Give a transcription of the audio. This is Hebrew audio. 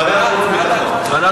ועדת החוץ והביטחון.